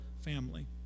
family